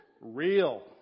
Real